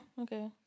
Okay